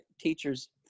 Teachers